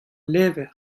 levr